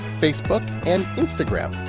facebook and instagram.